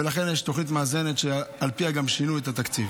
ולכן יש תוכנית מאזנת, שעל פיה גם שינו את התקציב.